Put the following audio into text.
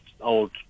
old